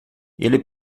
ele